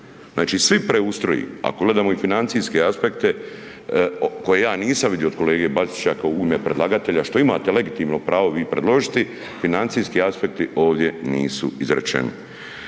Znači, svi preustroji ako gledamo i financijske aspekte koje ja nisam vidio od kolege Bačića kao u ime predlagatelja što imate legitimno pravo vi predložiti, financijski aspekti ovdje nisu izrečeni.